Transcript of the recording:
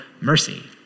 mercy